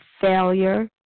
failure